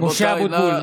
רבותיי,